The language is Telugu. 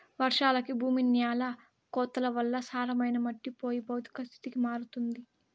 వర్షాలకి భూమి న్యాల కోతల వల్ల సారమైన మట్టి పోయి భౌతిక స్థితికి మారుతుంది